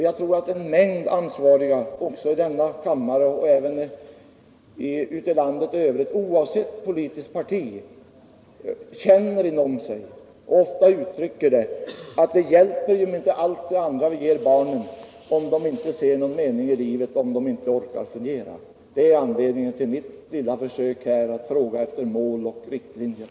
Jag tror att en mängd ansvariga i denna kammare och även ute i landet oavsett politiskt parti inom sig känner och ofta uttrycker detta: Vad hjälper allt det andra vi ger barnen, om de inte ser någon mening i livet och om de inte orkar fungera? Det var anledningen till mitt lilla försök att här fråga efter mål och riktlinjer.